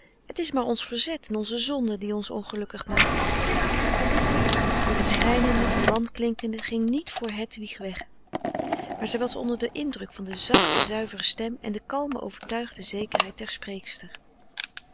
het is maar ons verzet en onze zonde die ons ongelukkig maakt het schrijnende en wanklinkende ging niet voor hedwig weg maar zij was onder den indruk van de zachte zuivere stem en de kalme overtuigde zekerheid der